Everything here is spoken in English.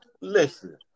Listen